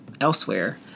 elsewhere